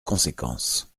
conséquence